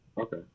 okay